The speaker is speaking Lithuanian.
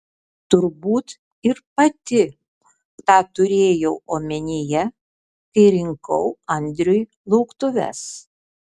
turbūt ir pati tą turėjau omenyje kai rinkau andriui lauktuves